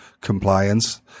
compliance